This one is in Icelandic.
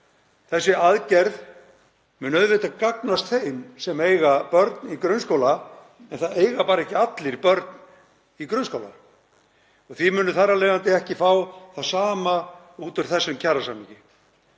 Þessi aðgerð mun auðvitað gagnast þeim sem eiga börn í grunnskóla en það eiga bara ekki allir börn í grunnskóla og munu þar af leiðandi ekki fá það sama út úr þessum kjarasamningi.